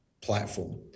platform